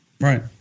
right